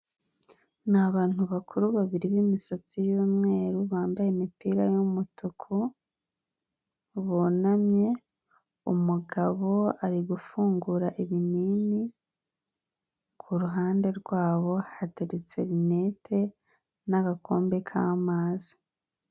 Ni abantu bakuru babiri b'imisatsi y'umweru bambaye imipira y'umutuku bunamye, umugabo ari gufungura ibinini, ku ruhande rwabo hateretse rinete n'agakombe k'amazi.